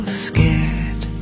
scared